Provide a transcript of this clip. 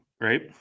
right